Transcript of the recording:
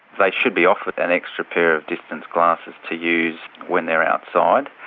they should be offered an extra pair of distance glasses to use when they're outside,